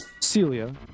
Celia